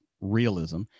realism